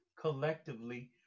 collectively